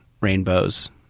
rainbows